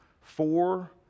Four